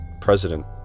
president